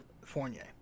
Fournier